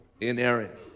inerrant